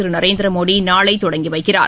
திருநரேந்திரமோடிநாளைதொடங்கிவைக்கிறார்